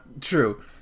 true